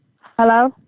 Hello